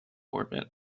orbit